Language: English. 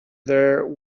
there